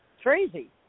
crazy